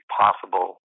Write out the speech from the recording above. possible